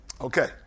Okay